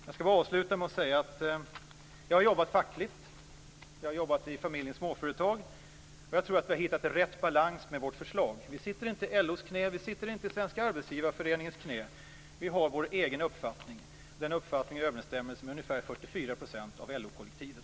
Jag skall avsluta med att säga att jag har jobbat fackligt, och jag har jobbat i familjens småföretag, och jag tror att vi har hittat rätt balans med vårt förslag. Vi sitter inte i LO:s knä, och vi sitter inte i Svenska arbetsgivareföreningens knä. Vi har vår egen uppfattning, och den uppfattningen är i överensstämmelse med ungefär 44 % av LO-kollektivet.